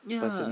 yeah